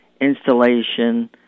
installation